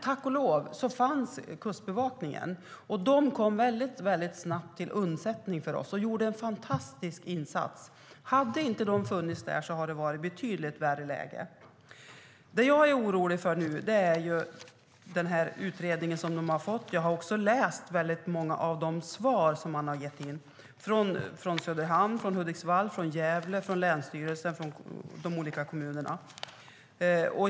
Tack och lov fanns Kustbevakningen. De kom väldigt snabbt till undsättning och gjorde en fantastisk insats. Hade de inte funnits hade läget varit betydligt värre. Det som gör mig orolig är det som står i utredningen. Jag har läst många av de svar som lämnats in från Söderhamn, Hudiksvall, Gävle, länsstyrelser och de olika kommunerna.